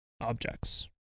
objects